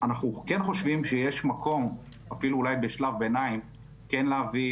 כן חושבים שיש מקום אפילו אולי בשלב ביניים כן להביא,